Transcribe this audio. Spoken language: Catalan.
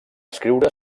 escriure